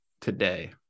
today